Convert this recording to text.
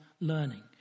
learning